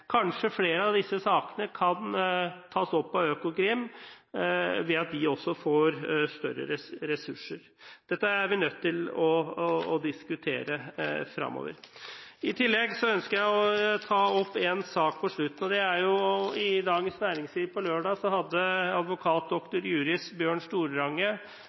Kanskje flere av disse sakene kan tas opp av Økokrim ved at de får større ressurser. Dette er vi nødt til å diskutere fremover. I tillegg ønsker jeg å ta opp en sak på slutten: I Dagens Næringsliv på lørdag hadde advokat dr. juris Bjørn